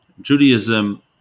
Judaism